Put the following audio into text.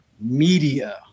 media